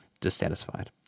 dissatisfied